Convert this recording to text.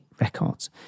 records